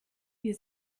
ihr